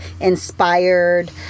inspired